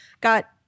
got